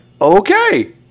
okay